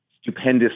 stupendous